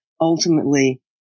ultimately